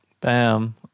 Bam